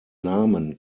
namen